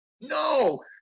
No